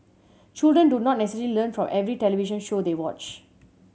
children do not necessarily learn from every television show they watch